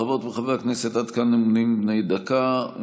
חברות וחבריי הכנסת, עד כאן נאומים בני דקה.